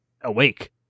awake